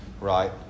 right